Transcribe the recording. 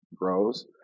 grows